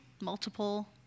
Multiple